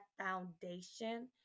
foundation